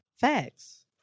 Facts